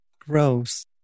Gross